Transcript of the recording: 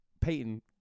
Peyton